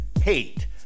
hate